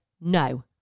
no